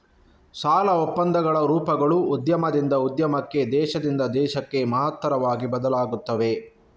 ಸಾಲ ಒಪ್ಪಂದಗಳ ರೂಪಗಳು ಉದ್ಯಮದಿಂದ ಉದ್ಯಮಕ್ಕೆ, ದೇಶದಿಂದ ದೇಶಕ್ಕೆ ಮಹತ್ತರವಾಗಿ ಬದಲಾಗುತ್ತವೆ